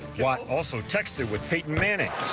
what also texted with peyton manning.